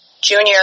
Junior